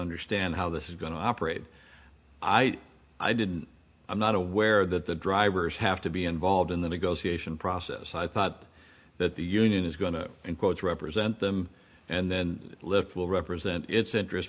understand how this is going to operate i i didn't i'm not aware that the drivers have to be involved in the negotiation process i thought that the union is going to quote represent them and then live will represent its interest